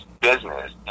business